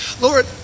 Lord